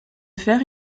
faire